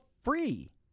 free